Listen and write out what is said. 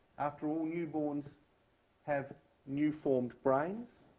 after all, newborns have new-formed brains.